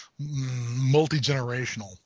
multi-generational